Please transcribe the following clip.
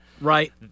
Right